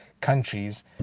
countries